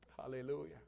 Hallelujah